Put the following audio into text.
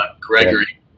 Gregory